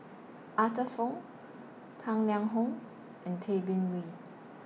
Arthur Fong Tang Liang Hong and Tay Bin Wee